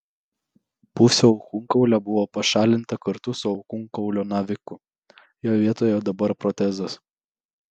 pusė alkūnkaulio buvo pašalinta kartu su alkūnkaulio naviku jo vietoje dabar protezas